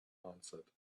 answered